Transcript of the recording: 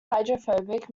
hydrophobic